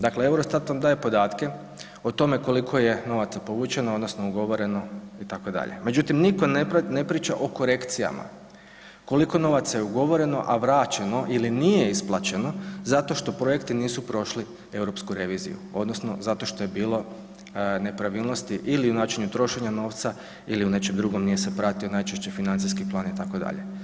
Dakle, EUROSTAT vam daje podatke o tome koliko je novaca povučeno odnosno ugovoreno itd., međutim niko ne priča o korekcijama, koliko novaca je ugovoreno, a vraćeno ili nije isplaćeno zato što projekti nisu prošli Europsku reviziju odnosno zato što je bilo nepravilnosti ili u načinu trošenja novca ili u nečemu drugom nije se pratio najčešći financijski plan itd.